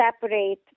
separate